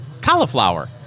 Cauliflower